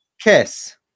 kiss